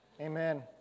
amen